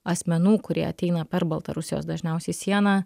asmenų kurie ateina per baltarusijos dažniausiai sieną